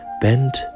bent